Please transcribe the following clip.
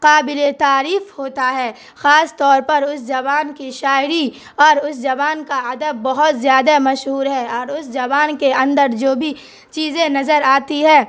قابل تعریف ہوتا ہے خاص طور پر اس زبان کی شاعری اور اس زبان کا ادب بہت زیادہ مشہور ہے اور اس زبان کے اندر جو بھی چیزیں نظر آتی ہیں